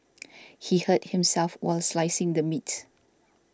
he hurt himself while slicing the meat